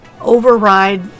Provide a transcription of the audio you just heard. override